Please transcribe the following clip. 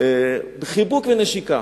בחיבוק ונשיקה.